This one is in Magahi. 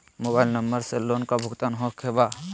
मोबाइल नंबर से लोन का भुगतान होखे बा?